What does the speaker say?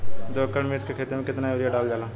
दो एकड़ मिर्च की खेती में कितना यूरिया डालल जाला?